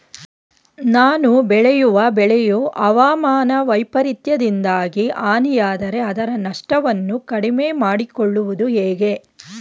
ನಾನು ಬೆಳೆಯುವ ಬೆಳೆಯು ಹವಾಮಾನ ವೈಫರಿತ್ಯದಿಂದಾಗಿ ಹಾನಿಯಾದರೆ ಅದರ ನಷ್ಟವನ್ನು ಕಡಿಮೆ ಮಾಡಿಕೊಳ್ಳುವುದು ಹೇಗೆ?